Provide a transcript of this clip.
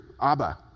Abba